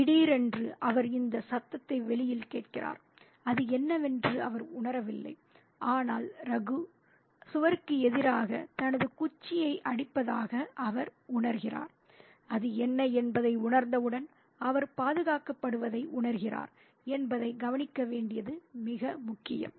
திடீரென்று அவர் இந்த சத்தத்தை வெளியில் கேட்கிறார் அது என்னவென்று அவர் உணரவில்லை ஆனால் அது ரகு சுவருக்கு எதிராக தனது குச்சியை அடிப்பதாக அவர் உணர்கிறார் அது என்ன என்பதை உணர்ந்தவுடன் அவர் பாதுகாக்கப்படுவதை உணர்கிறார் என்பதை கவனிக்க வேண்டியது மிக முக்கியம்